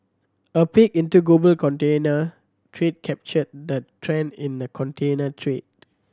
a peek into the global container trade captured the trend in the container trade